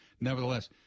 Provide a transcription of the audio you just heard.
nevertheless